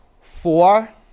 Four